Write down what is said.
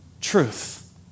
truth